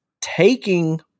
taking –